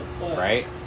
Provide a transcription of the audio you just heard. Right